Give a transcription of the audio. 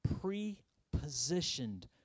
pre-positioned